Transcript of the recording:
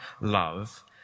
love